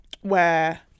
where-